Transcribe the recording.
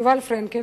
יובל פרנקל,